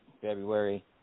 February